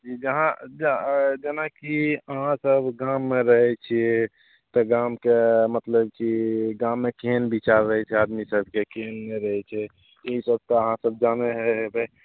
जी जहाँ जा अऽ जेनाकि अहाँ सब गाममे रहय छियै तऽ गामके मतलब की गाममे केहेन विचार रहय छै आदमी सबके केहेन नहि रहय छै ई सब तऽ अहाँ सब जानै हे हेबै